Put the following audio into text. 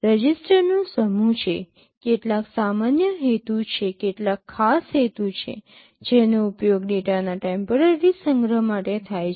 રજિસ્ટરનો સમૂહ છે કેટલાક સામાન્ય હેતુ છે કેટલાક ખાસ હેતુ છે જેનો ઉપયોગ ડેટાના ટેમ્પરરી સંગ્રહ માટે થાય છે